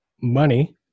money